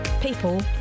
People